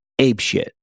apeshit